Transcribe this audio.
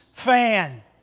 fan